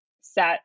set